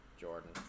Jordan